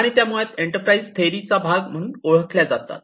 आणि त्या मुळात एंटरप्राइझ थेअरीचा भाग म्हणून ओळखल्या जातात